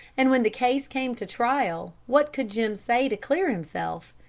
and when the case came to trial, what could jim say to clear himself?